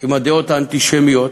עם הדעות האנטישמיות